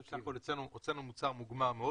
הוצאנו מוצר מוגמר מאוד